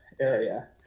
area